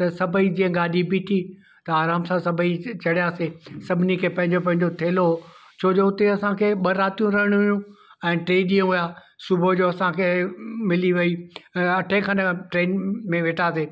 त सभई जीअं गाॾी बीठी त आराम सां सभई च चढ़ियासीं सभिनि खे पंहिंजो पंहिंजो थेलो हो छो जो उते असांखे ॿ रातियूं रहिणियूं हुइयूं टे ॾीहं हुआ सुबुह जो असांखे मिली वई अ अठे खनि ट्रेन में वेठासीं